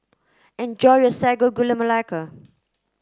enjoy your Sago Gula Melaka